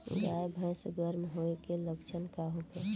गाय भैंस गर्म होय के लक्षण का होखे?